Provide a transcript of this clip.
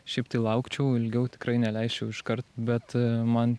šiaip tai laukčiau ilgiau tikrai neleisčiau iškart bet man